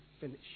finish